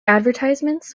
advertisements